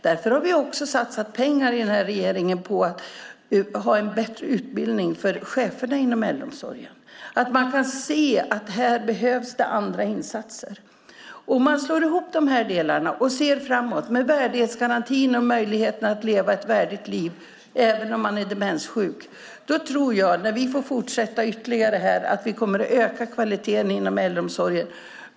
Därför har vi också satsat pengar i den här regeringen på bättre utbildning för cheferna inom äldreomsorgen, så att man kan se när det behövs andra insatser. Om man slår ihop de här delarna och ser framåt, med värdighetsgarantin och möjligheterna att leva ett värdigt liv även om man är demenssjuk, tror jag att vi, när vi får fortsätta ytterligare här, kommer att öka kvaliteten inom äldreomsorgen.